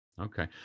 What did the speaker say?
Okay